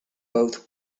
both